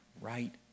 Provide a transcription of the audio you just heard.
right